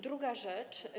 Druga rzecz.